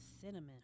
cinnamon